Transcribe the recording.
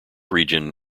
region